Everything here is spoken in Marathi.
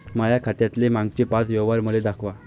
माया खात्यातले मागचे पाच व्यवहार मले दाखवा